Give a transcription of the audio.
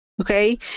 Okay